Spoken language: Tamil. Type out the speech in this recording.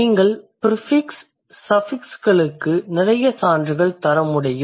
நீங்கள் ப்ரிஃபிக்ஸ் சஃபிக்ஸ் களுக்கு நிறைய சான்றுகள் தர முடியும்